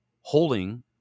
Holding